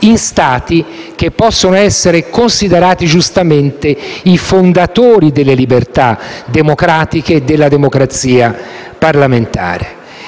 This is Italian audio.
in Stati che possono essere considerati, giustamente, i fondatori delle libertà democratiche e della democrazia parlamentare.